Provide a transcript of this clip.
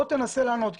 תנסה לענות.